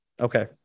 Okay